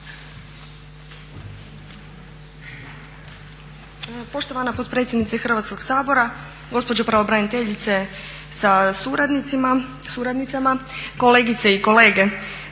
gospodine potpredsjedniče Hrvatskog sabora, uvažena pravobraniteljice za djecu, kolegice i kolege